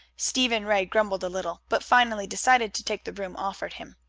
stephen ray grumbled a little, but finally decided to take the room offered him.